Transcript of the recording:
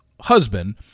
husband